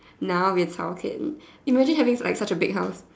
now we're talking imagine have you live in like such a big house